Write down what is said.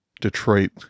Detroit